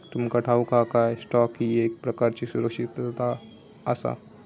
तुमका ठाऊक हा काय, स्टॉक ही एक प्रकारची सुरक्षितता आसा?